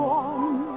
one